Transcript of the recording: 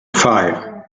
five